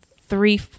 three